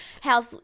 How's